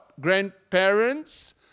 grandparents